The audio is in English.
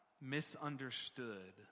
misunderstood